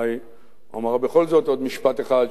אולי אומר בכל זאת עוד משפט אחד,